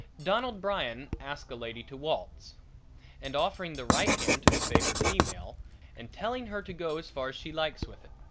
donald brian asking a lady to waltz and offering the right hand to the favored female and telling her to go as far as she likes with it.